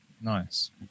Nice